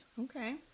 Okay